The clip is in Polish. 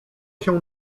się